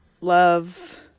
love